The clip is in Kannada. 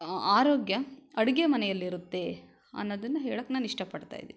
ಆರೋಗ್ಯ ಅಡುಗೆ ಮನೆಯಲ್ಲಿರುತ್ತೆ ಅನ್ನೋದನ್ನು ಹೇಳಕ್ಕೆ ನಾನು ಇಷ್ಟ ಪಡ್ತಾ ಇದ್ದೀನಿ